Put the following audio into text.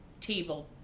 table